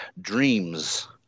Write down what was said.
dreams